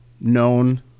known